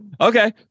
Okay